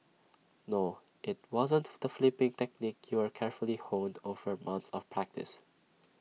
no IT wasn't the flipping technique you carefully honed over months of practice